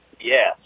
Yes